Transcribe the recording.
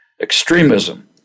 Extremism